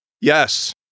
Yes